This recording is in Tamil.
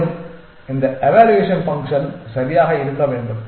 மேலும் இந்த எவாலுவேஷன் ஃபங்ஷன் சரியாக இருக்க வேண்டும்